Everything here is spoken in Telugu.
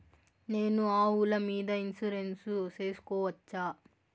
నేను ఆవుల మీద ఇన్సూరెన్సు సేసుకోవచ్చా?